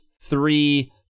three